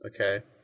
Okay